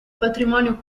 patrimonio